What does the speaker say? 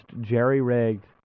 jerry-rigged